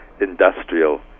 industrial